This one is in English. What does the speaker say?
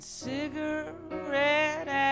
cigarette